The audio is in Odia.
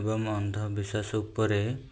ଏବଂ ଅନ୍ଧବିଶ୍ୱାସ ଉପରେ